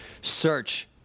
search